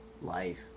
life